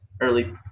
early